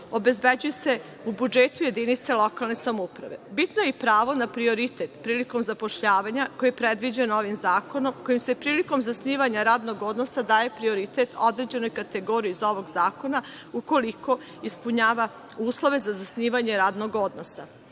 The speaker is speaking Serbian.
obezbeđuju se u budžetu jedinica lokalne samouprave. Bitno je i pravo na prioritet prilikom zapošljavanja koje je predviđeno ovim zakonom, kojim se prilikom zasnivanja radnog odnosa daje prioritet određenoj kategoriji iz ovog zakona, ukoliko ispunjava uslove za zasnivanje radnog odnosa. Po